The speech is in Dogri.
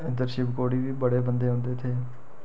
इद्धर शिवखोड़ी बी बड़े बंदे औंदे इत्थें